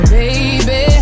baby